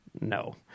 no